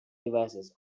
devices